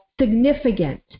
significant